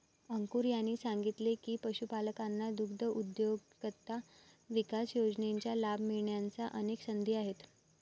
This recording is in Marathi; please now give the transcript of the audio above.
अंकुर यांनी सांगितले की, पशुपालकांना दुग्धउद्योजकता विकास योजनेचा लाभ मिळण्याच्या अनेक संधी आहेत